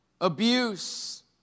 abuse